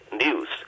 news